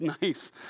nice